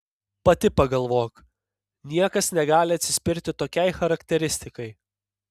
pati pagalvok niekas negali atsispirti tokiai charakteristikai